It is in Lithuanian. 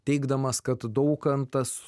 teigdamas kad daukantas